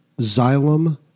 Xylem